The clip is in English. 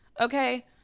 okay